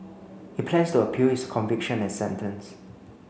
he plans to appeal his conviction and sentence